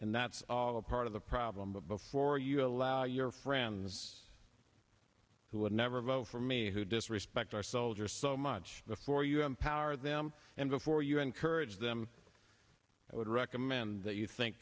and that's part of the problem but before you allow your friends who would never vote for me who disrespect our soldiers so much before you have power them and before you encourage them i would recommend that you think